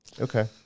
Okay